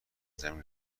ضمن